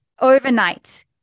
overnight